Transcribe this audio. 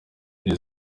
iri